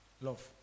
Love